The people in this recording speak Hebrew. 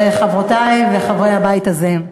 חברותי וחברי הבית הזה,